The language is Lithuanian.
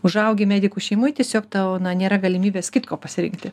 užaugi medikų šeimoj tiesiog tau na nėra galimybės kitko pasirinkti